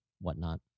whatnot